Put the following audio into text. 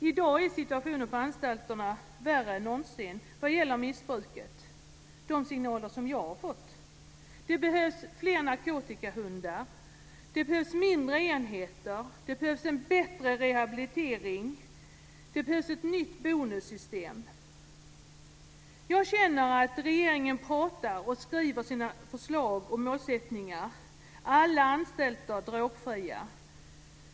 I dag är situationen på anstalterna värre än någonsin vad gäller missbruket enligt de signaler som jag har fått. Det behövs fler narkotikahundar. Det behövs mindre enheter. Det behövs en bättre rehabilitering. Det behövs ett nytt bonussystem. Jag känner att regeringen pratar och skriver i sina förslag om målsättningen att alla anstalter ska vara drogfria.